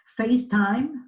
facetime